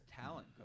talent